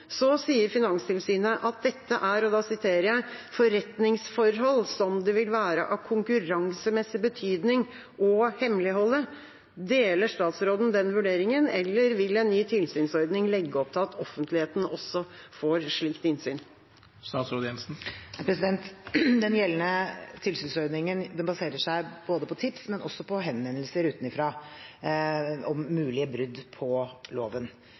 sier Finanstilsynet at dette er «forretningsforhold som det vil være av konkurransemessig betydning å hemmeligholde». Deler statsråden den vurderingen, eller vil en ny tilsynsordning legge opp til at offentligheten også får slikt innsyn? Den gjeldende tilsynsordningen baserer seg både på tips og på henvendelser utenfra om mulige brudd på loven.